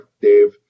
Dave